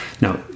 Now